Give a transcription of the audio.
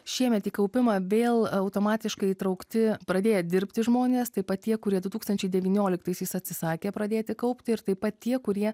šiemet į kaupimą vėl automatiškai įtraukti pradėję dirbti žmonės taip pat tie kurie du tūkstančiai devynioliktaisiais atsisakė pradėti kaupti ir taip pat tie kurie